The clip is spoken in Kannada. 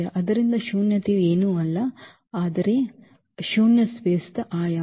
ಆದ್ದರಿಂದ ಶೂನ್ಯತೆಯು ಏನೂ ಅಲ್ಲ ಆದರೆ ಅದರ ಶೂನ್ಯ ಸ್ಪೇಸ್ ದ ಆಯಾಮ